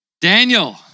Daniel